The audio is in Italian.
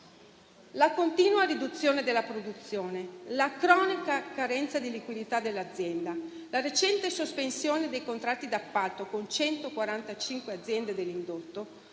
La continua riduzione della produzione, la cronica carenza di liquidità dell'azienda, la recente sospensione dei contratti d'appalto con 145 aziende dell'indotto